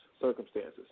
circumstances